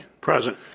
Present